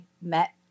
met